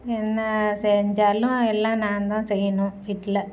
என்ன செஞ்சாலும் எல்லாம் நான் தான் செய்யணும் வீட்டில்